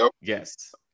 Yes